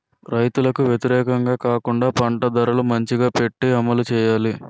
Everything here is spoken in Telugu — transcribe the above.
రైతులకు వ్యతిరేకంగా కాకుండా పంట ధరలు మంచిగా పెట్టి అమలు చేయాలి